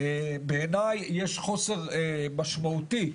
בעיניי יש חוסר משמעותי.